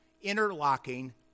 interlocking